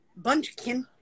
Bunchkin